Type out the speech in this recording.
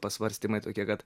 pasvarstymai tokie kad